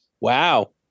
Wow